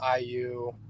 IU